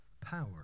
power